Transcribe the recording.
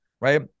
right